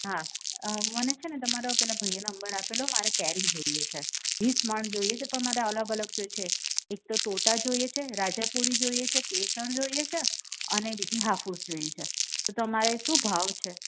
હા મને છે ને તમારો પેલા ભાઈએ નંબર આપેલો મારે કેરી જોઈએ છે વીસ મણ જોઈએ છે પણ મારે અલગ અલગ જોઈએ છે એક તો તોતા જોઇએ છે રાજાપુરી જોઈએ છે કેસર જોઈએ છે અને બીજી હાફૂસ જોઈએ છે તો તમારે શું ભાવ છે